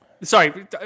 sorry